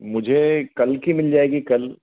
मुझे कल की मिल जाएगी कल